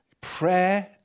Prayer